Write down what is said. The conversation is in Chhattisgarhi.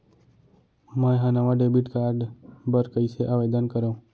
मै हा नवा डेबिट कार्ड बर कईसे आवेदन करव?